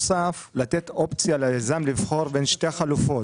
אפשר לתת אופציה ליזם לבחור בין שתי החלופות,